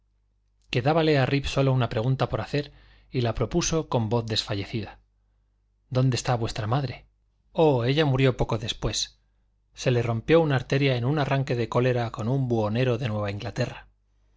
quedábale a rip sólo una pregunta por hacer y la propuso con voz desfallecida dónde está vuestra madre oh ella murió poco después se le rompió una arteria en un arranque de cólera con un buhonero de nueva inglaterra